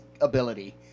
ability